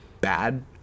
bad